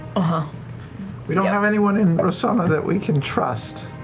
ah we don't have anyone in but rosohna that we can trust.